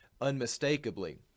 unmistakably